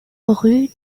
rue